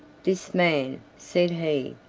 this man, said he,